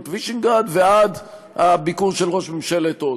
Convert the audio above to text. וישגרד ועד הביקור של ראש ממשלת הודו.